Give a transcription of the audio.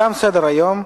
תם סדר-היום.